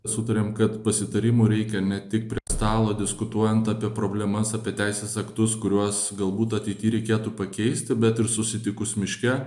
sutarėm kad pasitarimų reikia ne tik prie stalo diskutuojant apie problemas apie teisės aktus kuriuos galbūt ateity reikėtų pakeisti bet ir susitikus miške